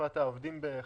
בפרט העובדים שנמצאים